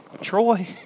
Troy